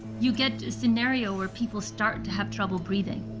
you get a scenario where people start to have trouble breathing.